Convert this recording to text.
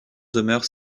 demeure